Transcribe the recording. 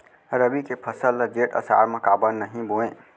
रबि के फसल ल जेठ आषाढ़ म काबर नही बोए?